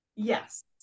Yes